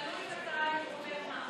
חבר הכנסת אשר, תלוי מתי הוא אומר מה.